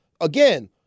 Again